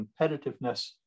Competitiveness